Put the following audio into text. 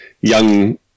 young –